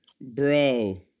Bro